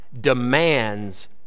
demands